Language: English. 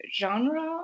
genre